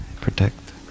protect